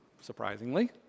surprisingly